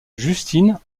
justine